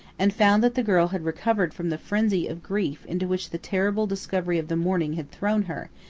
and found that the girl had recovered from the frenzy of grief into which the terrible discovery of the morning had thrown her,